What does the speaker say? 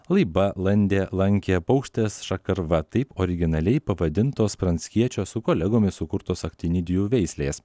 laiba landė lankė paukštės šakarva taip originaliai pavadintos pranckiečio su kolegomis sukurtos aktinidijų veislės